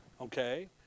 Okay